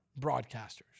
broadcasters